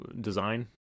design